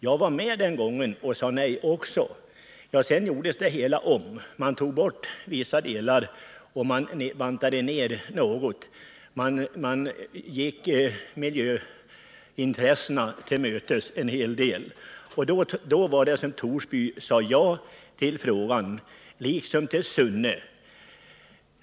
Jag var också med den gången och sade nej. Sedan gjordes det hela om. Man tog bort vissa delar och man bantade ner projektet något, och man gick miljöintressena till mötes en hel del. Då sade Torsby kommun liksom Sunne kommun ja till frågan.